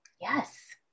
Yes